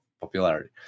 popularity